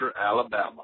Alabama